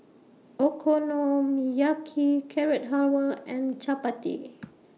Okonomiyaki Carrot Halwa and Chapati